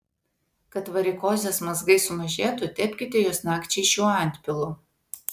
kad varikozės mazgai sumažėtų tepkite juos nakčiai šiuo antpilu